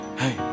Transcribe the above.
hey